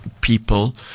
people